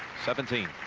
seventeen.